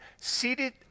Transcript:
seated